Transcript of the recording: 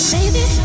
Baby